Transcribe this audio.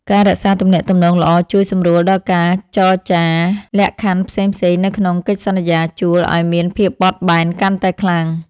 ការរក្សាទំនាក់ទំនងល្អជួយសម្រួលដល់ការចរចាលក្ខខណ្ឌផ្សេងៗនៅក្នុងកិច្ចសន្យាជួលឱ្យមានភាពបត់បែនកាន់តែខ្លាំង។